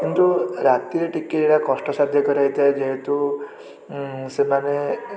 କିନ୍ତୁ ରାତିରେ ଟିକିଏ ଏଗୁଡ଼ା କଷ୍ଟସାଧ୍ୟକର ଯେହେତୁ ସେମାନେ